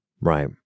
Right